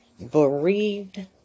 bereaved